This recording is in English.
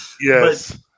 Yes